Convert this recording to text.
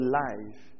life